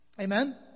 Amen